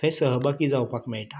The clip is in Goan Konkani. थंय सहभागी जावपाक मेळटा